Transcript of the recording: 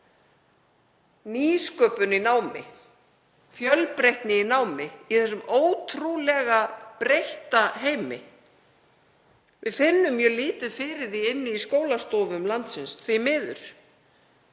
Nýsköpun í námi, fjölbreytni í námi í þessum ótrúlega breytta heimi. Við finnum mjög lítið fyrir því inni í skólastofum landsins, því miður.